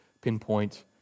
pinpoint